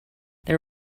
they